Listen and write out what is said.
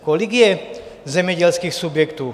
Kolik je zemědělských subjektů?